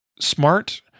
smart